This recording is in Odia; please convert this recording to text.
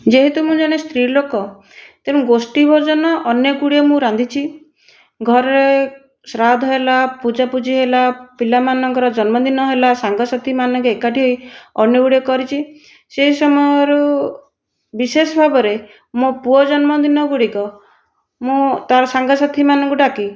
ଯେହେତୁ ମୁଁ ଜଣେ ସ୍ତ୍ରୀଲୋକ ତେଣୁ ଗୋଷ୍ଠୀ ଭୋଜନ ଅନେକଗୁଡ଼ିଏ ମୁଁ ରାନ୍ଧିଛି ଘରେ ଶ୍ରାଦ୍ଧ ହେଲା ପୂଜାପୂଜି ହେଲା ପିଲାମାନଙ୍କର ଜନ୍ମଦିନ ହେଲା ସାଙ୍ଗସାଥିମାନେ ବି ଏକାଠି ହୋଇ ଅନେକଗୁଡ଼ିଏ କରିଛି ସେହି ସମୟରୁ ବିଶେଷ ଭାବରେ ମୋ' ପୁଅ ଜନ୍ମଦିନଗୁଡ଼ିକ ମୁଁ ତା'ର ସାଙ୍ଗସାଥିମାନଙ୍କୁ ଡାକି